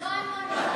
ולא,